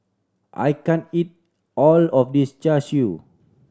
I can't eat all of this Char Siu